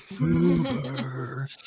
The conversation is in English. Uber